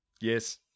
Yes